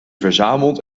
verzamelt